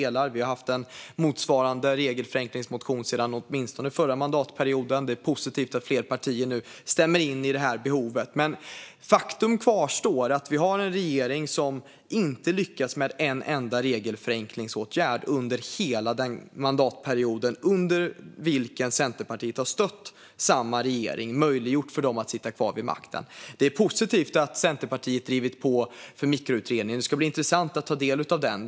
Sverigedemokraterna har haft en motsvarande regelförenklingsmotion åtminstone sedan förra mandatperioden, och det är positivt att fler partier nu stämmer in i behovet. Men faktum kvarstår: Vi har en regering som inte har lyckats med en enda regelförenklingsåtgärd under hela den mandatperiod under vilken Centerpartiet har stött samma regering och möjliggjort för den att sitta kvar vid makten. Det är positivt att Centerpartiet har drivit på för mikroutredningen. Det ska bli intressant att ta del av den.